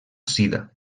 sida